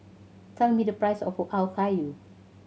tell me the price of Okayu